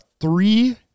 three